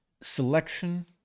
selection